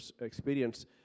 experience